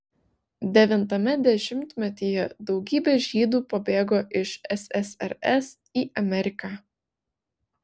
devintame dešimtmetyje daugybė žydų pabėgo iš ssrs į ameriką